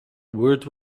word